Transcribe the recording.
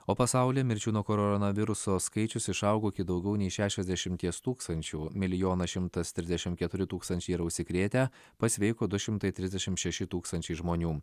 o pasaulyje mirčių nuo koronaviruso skaičius išaugo iki daugiau nei šešiasdešimties tūkstančių milijonas šimtas trisdešim keturi tūkstančiai yra užsikrėtę pasveiko du šimtai trisdešim šeši tūkstančiai žmonių